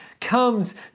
comes